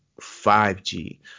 5g